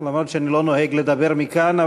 למרות שאני לא נוהג לדבר מכאן,